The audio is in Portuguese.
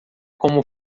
como